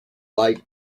like